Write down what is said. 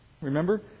Remember